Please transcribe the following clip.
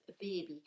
baby